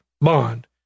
bond